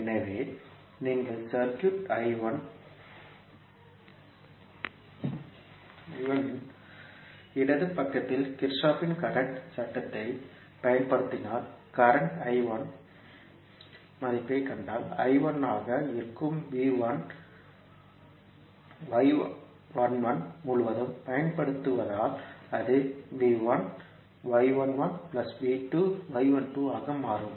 எனவே நீங்கள் சர்க்யூட் இன் இடது பக்கத்தில் கிர்ச்சோஃப்பின் கரண்ட் சட்டத்தைப் Kirchhoff's current law பயன்படுத்தினால் கரண்ட் இன் மதிப்பைக் கண்டால் ஆக இருக்கும் முழுவதும் பயன்படுத்தப்படுவதால் அது ஆக மாறும்